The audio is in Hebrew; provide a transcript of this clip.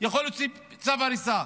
יכול להוציא צו הריסה.